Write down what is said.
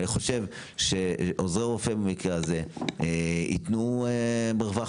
אני חושב שעוזרי רופא במקרה הזה ייתנו מרווח